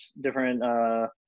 different